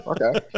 Okay